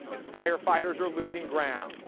and firefighters are losing ground.